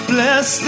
Bless